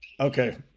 Okay